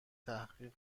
تحقیق